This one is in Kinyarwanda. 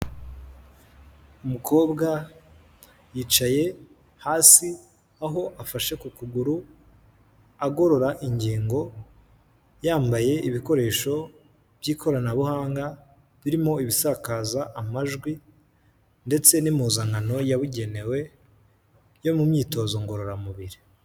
Umukobwa yicaye hasi aho afashe ku kuguru agorora ingingo, yambaye ibikoresho by'ikoranabuhanga birimo ibisakaza amajwi ndetse n'impuzankano yabugenewe byo mu myitozo ngororamubiri.